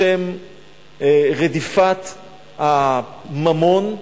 בשם רדיפת הממון.